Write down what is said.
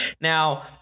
Now